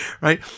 right